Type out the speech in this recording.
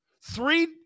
Three